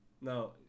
no